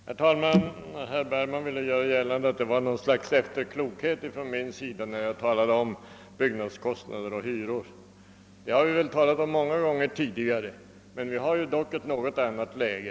Herr talman! Herr Bergman ville göra gällande att jag visade något slags efterklokhet då jag talade om byggnadskostnader och hyror. Vi har väl många gånger tidigare talat om detta, men nu har vi dock ett något annat läge.